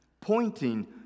pointing